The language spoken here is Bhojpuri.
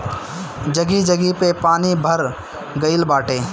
जगही जगही पे पानी भर गइल बाटे